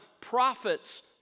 prophets